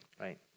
right